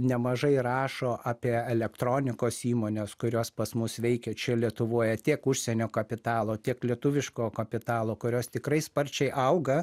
nemažai rašo apie elektronikos įmones kurios pas mus veikia čia lietuvoje tiek užsienio kapitalo tiek lietuviško kapitalo kurios tikrai sparčiai auga